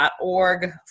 org